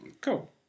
Cool